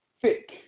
thick